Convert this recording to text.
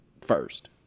first